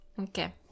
Okay